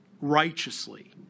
righteously